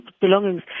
belongings